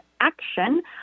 action